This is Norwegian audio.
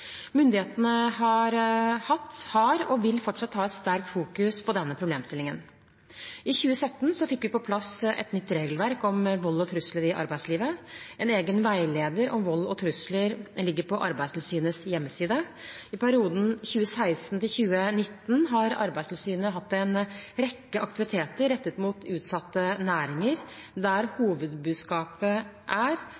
Myndighetene har hatt, har og vil fortsatt rette stor oppmerksomhet mot denne problemstillingen. I 2017 fikk vi på plass et nytt regelverk om vold og trusler i arbeidslivet. En egen veileder om vold og trusler ligger på Arbeidstilsynets hjemmeside. I perioden 2016–2019 har Arbeidstilsynet hatt en rekke aktiviteter rettet mot utsatte næringer, der